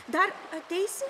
dar ateisi